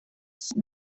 son